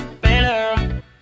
better